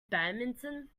badminton